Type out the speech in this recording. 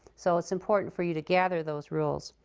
so it's important for you to gather those rules.